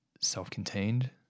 self-contained